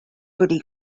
goody